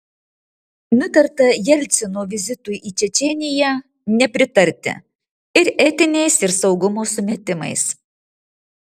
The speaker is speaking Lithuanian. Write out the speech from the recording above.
nutarta jelcino vizitui į čečėniją nepritarti ir etiniais ir saugumo sumetimais